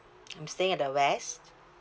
I'm staying at the west